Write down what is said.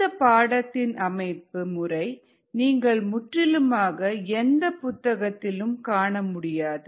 இந்த பாடத்தின் அமைப்பு முறை நீங்கள் முற்றிலுமாக எந்த புத்தகத்திலும் காண முடியாது